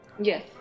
Yes